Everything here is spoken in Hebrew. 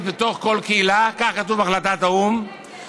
בתוך כל קהילה" כך כתוב בהחלטת האו"ם,